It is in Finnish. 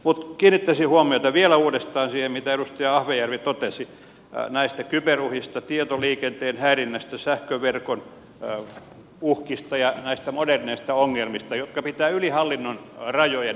mutta kiinnittäisin huomiota vielä uudestaan siihen mitä edustaja ahvenjärvi totesi näistä kyberuhista tietoliikenteen häirinnästä sähköverkon uhkista ja näistä moderneista ongelmista jotka pitää yli hallinnon rajojen hoitaa